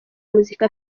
muzika